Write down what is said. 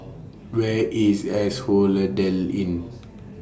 Where IS Inn